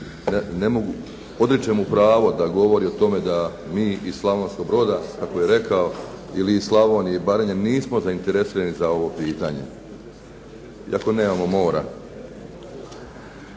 ne mogu, odričem mu pravo da govori o tome da mi iz Slavonskog Broda kako je rekao, ili iz Slavonije i Baranje nismo zainteresirani za ovo pitanje, iako nemamo mora.